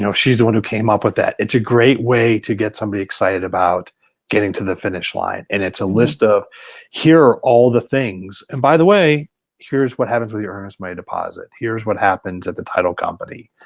she's the one who came up with that. it's a great way to get somebody excited about getting to the finish line. and it's a list of here are all the things and by the way here's what happens with your earnest money deposit, here's what happens at the title company,